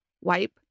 wipe